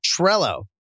Trello